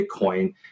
Bitcoin